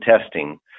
testing